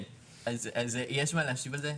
כן, יש מה להשיב על זה.